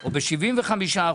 או ב-75%,